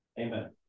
Amen